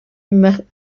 malmaison